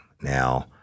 Now